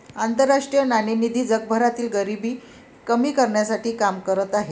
आंतरराष्ट्रीय नाणेनिधी जगभरातील गरिबी कमी करण्यासाठी काम करत आहे